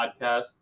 podcast